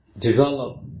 develop